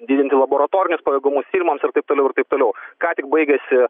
didinti laboratorinius pajėgumus firmoms ir taip toliau ir taip toliau ką tik baigėsi